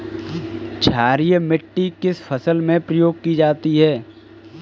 क्षारीय मिट्टी किस फसल में प्रयोग की जाती है?